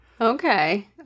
Okay